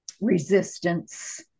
resistance